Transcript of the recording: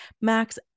Max